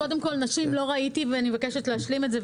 לא ראיתי לגבי נשים, ואני מבקשת להשלים את זה.